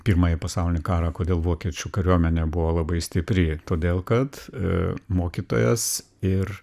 pirmąjį pasaulinį karą kodėl vokiečių kariuomenė buvo labai stipri todėl kad a mokytojas ir